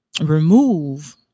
remove